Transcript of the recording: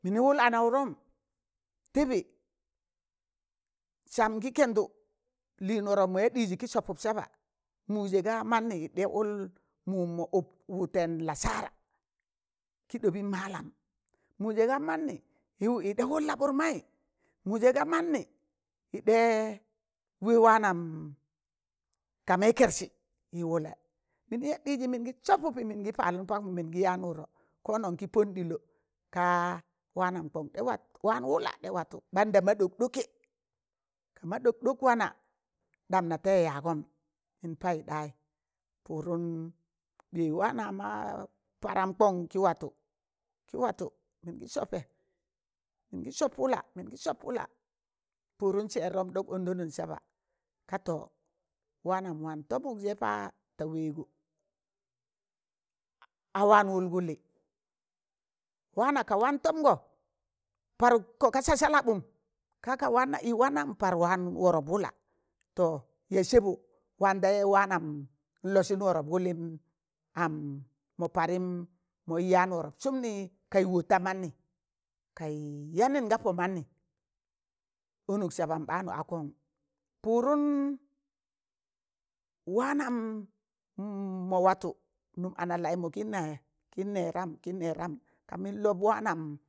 Mini wụl ana wụdom, tịbị sam gị kẹndụ lịịn wọrọp mọ ya ɗịịzị kị sọpụp saba, mụzẹ gaa mannị yịɗa wụl mum mọ ụp wụtẹn lassara, kị ɗọbị mallam mụzẹ gaa mannị yịdẹ wul la ɓurmai, muze ga manni yi ɗe we waanọm kamẹị kẹrsị yị wụlẹ, mịnị ya ɗịịzsị mịnị sọpụpị mịnị palụm pakmụ mịnị yaan wụrọ, konon kị pọn ɗịlọ kaa wannam kon ɗa watụ waan wụla ɗa watụ banda ma ɗọk ɗọkẹ, ka ma ɗọkɗọk wana, ɗam na taịzẹ yaagom mịn payụk ɗayị, pụdụm ɓẹ waana ma param kọn kị watụ, kị watụ mịngị sọpẹ mịngị sọp wụla mịnị sọp wụla pụdmịn sẹẹrọm ɗọk ọnda gọn saba ka to wanam mon tobuk sẹ pa ta waigo maan taịzẹ waanan lọsịn warọp gụlịm an mọ parịm mọ yị yaan warọp sụmnị, kaị wota manị kaị yanịn ga pọ mannị onụk saban ɓaanụ a kon pụdum waanam ma watụ nụm ana laịmụ kịnẹ kị nẹdam, kị nẹdam, ka mịn lob waanam